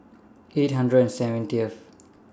eight hundred and seventieth